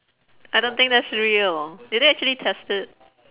I don't think that's real did they actually test it